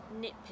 nitpick